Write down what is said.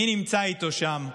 מי נמצא איתו שם?